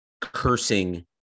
cursing